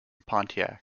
pontiac